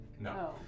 No